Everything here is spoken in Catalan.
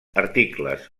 articles